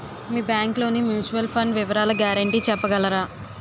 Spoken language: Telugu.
మీ బ్యాంక్ లోని మ్యూచువల్ ఫండ్ వివరాల గ్యారంటీ చెప్పగలరా?